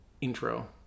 intro